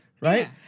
Right